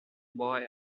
boy